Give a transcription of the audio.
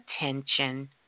attention